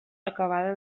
acabada